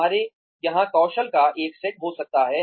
हमारे यहां कौशल का एक सेट हो सकता है